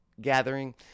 Gathering